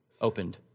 opened